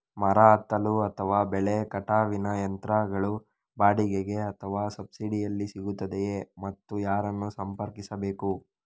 ಮರ ಹತ್ತಲು ಅಥವಾ ಬೆಲೆ ಕಟಾವಿನ ಯಂತ್ರಗಳು ಬಾಡಿಗೆಗೆ ಅಥವಾ ಸಬ್ಸಿಡಿಯಲ್ಲಿ ಸಿಗುತ್ತದೆಯೇ ಮತ್ತು ಯಾರನ್ನು ಸಂಪರ್ಕಿಸಬೇಕು?